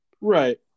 Right